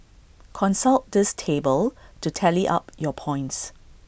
consult this table to tally up your points